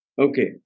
Okay